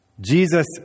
Jesus